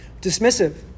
Dismissive